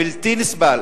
בלתי נסבל.